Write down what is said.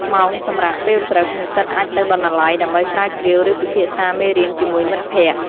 ម៉ោងសម្រាកពេលព្រឹក និស្សិតអាចទៅបណ្ណាល័យដើម្បីស្រាវជ្រាវ ឬពិភាក្សាមេរៀនជាមួយមិត្តភក្តិ។